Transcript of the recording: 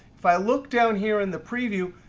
if i look down here in the preview,